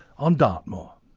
on dartmoor.